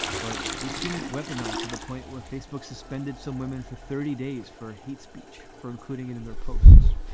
but we've seen it weaponise to the point where facebook suspended some women for thirty days for hate speech, for including it in their posts.